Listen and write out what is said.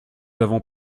avons